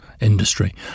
industry